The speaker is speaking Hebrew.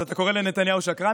אז אתה קורא לנתניהו שקרן?